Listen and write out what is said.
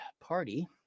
party